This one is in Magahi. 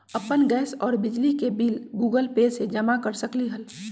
अपन गैस और बिजली के बिल गूगल पे से जमा कर सकलीहल?